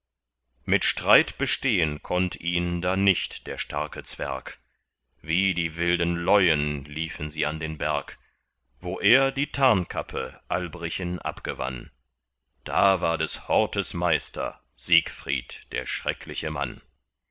mit streit bestehen konnt ihn da nicht der starke zwerg wie die wilden leuen liefen sie an den berg wo er die tarnkappe albrichen abgewann da war des hortes meister siegfried der schreckliche mann